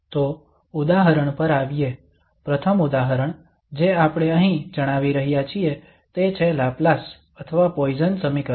તો ઉદાહરણ પર આવીએ પ્રથમ ઉદાહરણ જે આપણે અહીં જણાવી રહ્યા છીએ તે છે લાપ્લાસ અથવા પોઇસન સમીકરણ